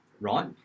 right